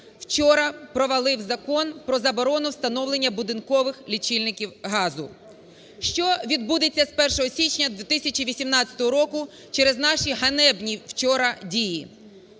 вчора провалив Закон про заборону встановлення будинкових лічильників газу . Що відбудеться з 1 січня 2018 року через наші ганебні вчора дії?